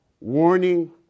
warning